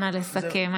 אנא לסכם.